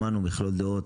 שמענו מכלול דעות,